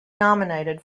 nominated